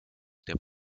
der